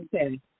Okay